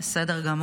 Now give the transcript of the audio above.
--- היושב-ראש